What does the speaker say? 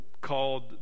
called